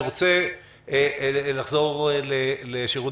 אני רוצה לחזור לאשר וקנין משירות